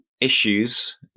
issues